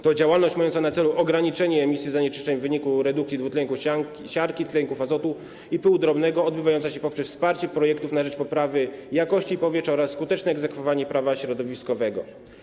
Ta działalność ma na celu ograniczenie emisji zanieczyszczeń w wyniku redukcji dwutlenku siarki, tlenków azotu i pyłu drobnego i odbywa się poprzez wsparcie projektów na rzecz poprawy jakości powietrza oraz skuteczne egzekwowanie prawa środowiskowego.